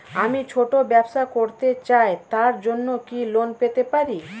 আমি ছোট ব্যবসা করতে চাই তার জন্য কি লোন পেতে পারি?